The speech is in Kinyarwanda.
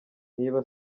niba